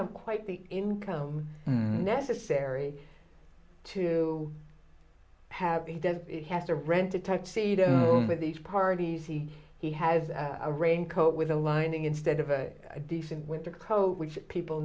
know quite the income necessary to have the does he have to rent a tuxedo with these parties see he has a raincoat with a lining instead of a decent winter coat which people